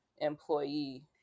employee